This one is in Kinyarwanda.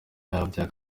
yabyaye